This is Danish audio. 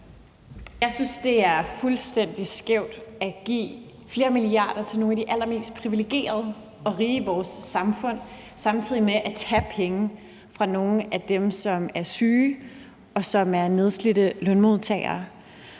Jeg synes, at det er fuldstændig skævt at give flere milliarder til nogle af de allermest privilegerede og rige i vores samfund samtidig med at tage penge fra nogle af dem, som er syge, og som er nedslidte lønmodtagere.